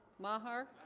my heart